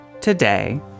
today